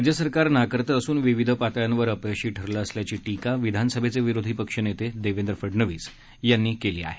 राज्य सरकार नाकर्त असून विविध पातळ्यांवर अपयशी ठरलं असल्याची टीका विधान सभेचे विरोधी पक्षनेते देवेंद्र फडणवीस यांनी केली आहे